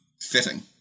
fitting